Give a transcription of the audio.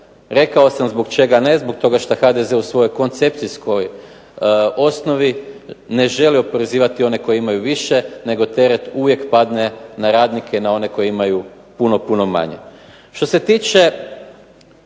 Rekao sam zbog čega ne, zbog toga što HDZ u svojoj koncepcijskoj osnovi ne želi oporezivati one koji imaju više nego teret uvijek padne na radnike i na one koji imaju puno manje. Što se tiče